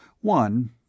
One